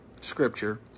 scripture